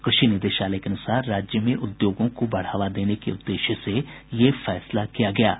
कृषि निदेशालय के अनुसार राज्य में उद्योगों को बढ़ावा देने के उद्देश्य से यह निर्णय लिया गया है